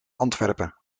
antwerpen